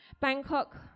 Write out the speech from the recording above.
Bangkok